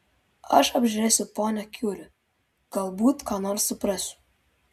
aš apžiūrėsiu ponią kiuri galbūt ką nors suprasiu